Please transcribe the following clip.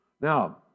Now